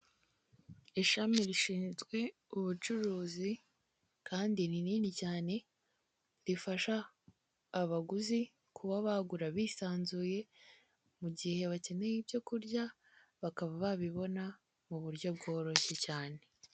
Ishami rishinzwe ubucuruzi, kandi rinini cyane rifasha abaguzi kuba bagura bisanzuye mu gihe bakeneye ibyo kurya, bakaba babibona mu buryo bworoshye cyane.